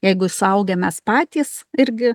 jeigu suaugę mes patys irgi